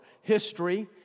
history